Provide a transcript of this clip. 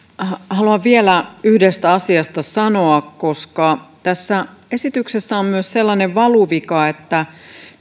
haluan vielä yhdestä asiasta sanoa koska tässä esityksessä on myös sellainen valuvika että